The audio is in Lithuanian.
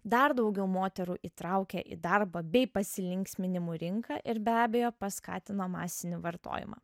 dar daugiau moterų įtraukė į darbą bei pasilinksminimų rinką ir be abejo paskatino masinį vartojimą